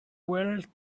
wealth